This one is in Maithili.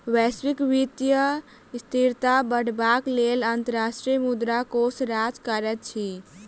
वैश्विक वित्तीय स्थिरता बढ़ेबाक लेल अंतर्राष्ट्रीय मुद्रा कोष काज करैत अछि